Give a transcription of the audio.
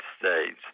States